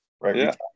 right